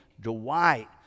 Dwight